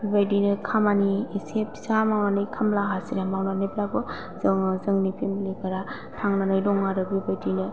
बेबायदिनो खामानि एसे फिसा मावनानै खामला हाजिरा मावनानैब्लाबो जोङो जोंनि फेमेलि फोरा थांनानै दङ आरो बेबायदिनो